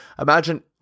imagine